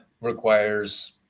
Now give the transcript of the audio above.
requires